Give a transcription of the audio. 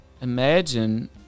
Imagine